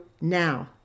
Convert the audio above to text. now